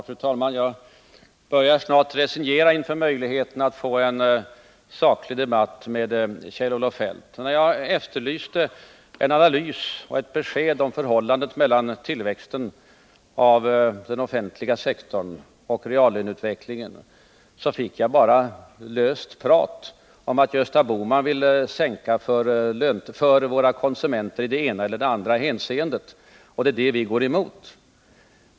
Fru talman! Jag börjar snart resignera inför möjligheterna att få en saklig debatt med Kjell-Olof Feldt. När jag efterlyste en analys och ett besked om förhållandet mellan tillväxten av den offentliga sektorn och reallöneutvecklingen fick jag bara höra löst prat om att Gösta Bohman vill sänka standarden för våra konsumenter i det ena eller det andra hänseendet och att det är detta man går emot.